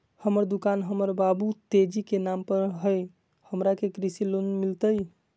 हमर दुकान हमर बाबु तेजी के नाम पर हई, हमरा के कृषि लोन मिलतई?